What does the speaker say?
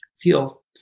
feel